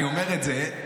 אני אומר את זה,